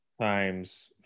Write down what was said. times